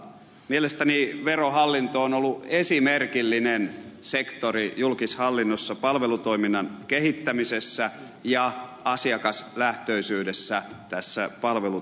mielestäni verohallinto on ollut esimerkillinen sektori julkishallinnon palvelutoiminnan kehittämisessä ja palvelutoiminnan asiakaslähtöisyydessä